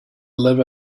live